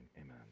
amen